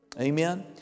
Amen